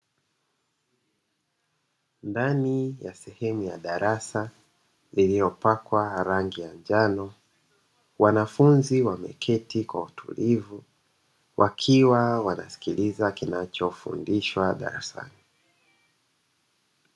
Ndani ya sehemu ya darasa iliyopakwa rangi ya njano, wanafunzi wameketi kwa utulivu wakiwa wanasikiliza kinachofundishwa darasani.